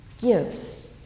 gives